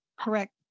correct